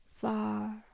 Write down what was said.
far